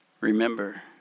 remember